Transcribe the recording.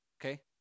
Okay